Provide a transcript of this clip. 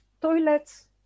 toilets